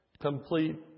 complete